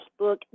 Facebook